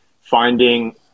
finding